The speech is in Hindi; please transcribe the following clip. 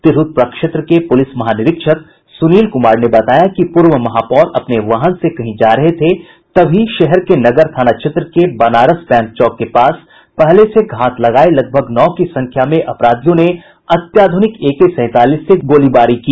तिरहुत प्रक्षेत्र के पुलिस महानिरीक्षक सुनील कुमार ने बताया कि पूर्व महापौर अपने वाहन से कहीं जा रहे थे तभी शहर के नगर थाना क्षेत्र के बनारस बैंक चौक के पास पहले से घात लगाये लगभग नौ की संख्या में अपराधियों ने अत्याधुनिक एके सैंतालीस से गोलीबारी की